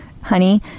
Honey